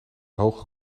hoge